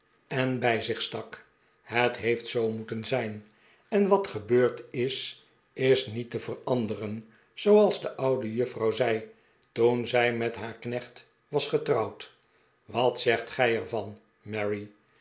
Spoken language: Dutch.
en bij zich stak het heeft zoo moeten zijn en wat gebeurd is is niet te veranderen zooals de oude juffrouw zei toen zij met haar knecht was getrouwd wat zegt gij er